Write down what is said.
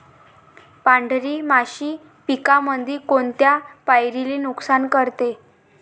पांढरी माशी पिकामंदी कोनत्या पायरीले नुकसान करते?